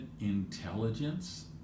intelligence